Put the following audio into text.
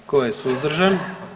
Tko je suzdržan?